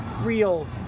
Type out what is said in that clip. real